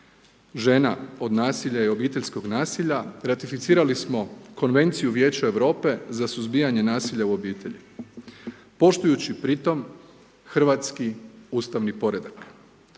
žena od nasilja i obiteljskog nasilja ratificirali smo Konvenciju Vijeća Europe za suzbijanje nasilja u obitelji poštujući pri tome hrvatski ustavni poredak.